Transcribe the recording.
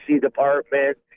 department